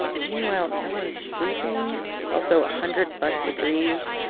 but meanwhile, no one's sleeping. it's also one ah hundred plus degrees.